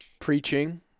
Preaching